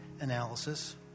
analysis